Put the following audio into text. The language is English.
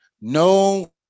No